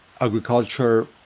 agriculture